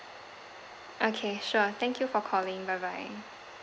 okay sure thank you for calling bye bye